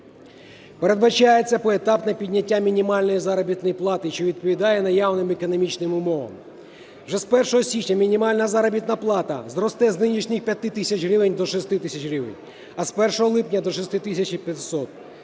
Передбачається поетапне підняття мінімальної заробітної плати, що відповідає наявним економічним умовам. Уже з 1 січня мінімальна заробітна плата зросте з нинішніх 5 тисяч гривень до 6 тисяч гривень, а з 1 липня – до 6 тисяч 500.